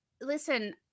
listen